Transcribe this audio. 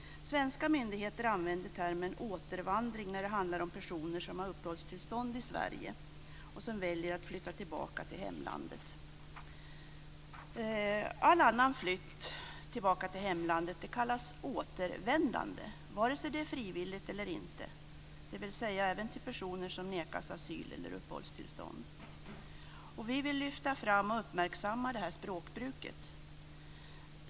Svenska myndigheter använder termen återvandring när det handlar om personer som har uppehållstillstånd i Sverige och som väljer att flytta tillbaka till hemlandet. All annan flytt tillbaka till hemlandet kallas återvändande vare sig det är frivilligt eller inte, dvs. även när det gäller personer som nekas asyl eller uppehållstillstånd. Vi vill lyfta fram och uppmärksamma det här språkbruket.